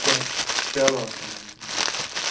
چلو چلو اَسَلامُ عیلکُم چلو